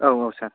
औ औ सार